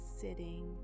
sitting